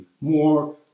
more